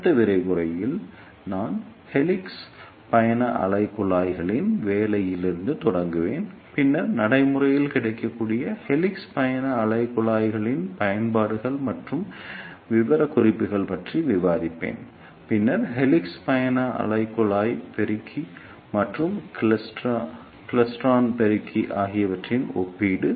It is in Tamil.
அடுத்த விரிவுரையில் நான் ஹெலிக்ஸ் பயண அலைக் குழாய்களின் வேலையிலிருந்து தொடங்குவேன் பின்னர் நடைமுறையில் கிடைக்கக்கூடிய ஹெலிக்ஸ் பயண அலைக் குழாய்களின் பயன்பாடுகள் மற்றும் விவரக்குறிப்புகள் பற்றி விவாதிப்பேன் பின்னர் ஹெலிக்ஸ் பயண அலை குழாய் பெருக்கி மற்றும் கிளைஸ்ட்ரான் பெருக்கி ஆகியவற்றின் ஒப்பீடு